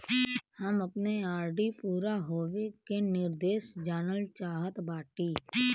हम अपने आर.डी पूरा होवे के निर्देश जानल चाहत बाटी